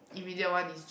immediate one is